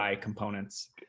components